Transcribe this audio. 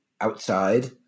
outside